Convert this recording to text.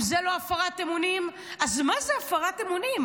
אם זו לא הפרת אמונים, אז מה היא הפרת אמונים?